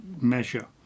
measure